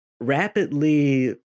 rapidly